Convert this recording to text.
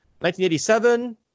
1987